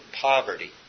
poverty